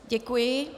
Děkuji.